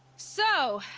so.